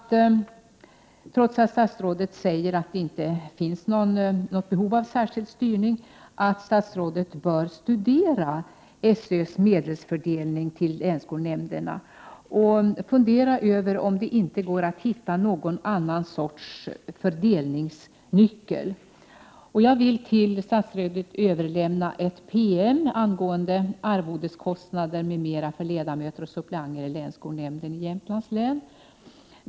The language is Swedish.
Trots att statsrådet säger att det inte finns något behov av särskilt styrning, tycker jag att statsrådet bör studera SÖ:s medelsfördelning till länsskolnämnderna och fundera över om det inte går att hitta något annat slags fördelningsnyckel. Jag vill överlämna en PM till statsrådet angående arvodeskostnader m.m. för ledamöter och suppleanter i länsskolnämnden i Jämtlands län.